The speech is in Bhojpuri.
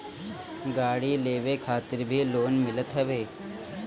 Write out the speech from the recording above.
गाड़ी लेवे खातिर भी लोन मिलत हवे